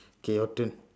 okay your turn